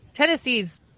Tennessee's